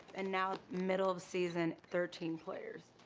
and now, middle of season, thirteen players.